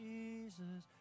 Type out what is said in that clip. Jesus